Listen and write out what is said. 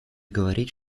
говорить